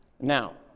Now